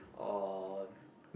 or